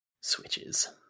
Switches